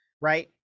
Right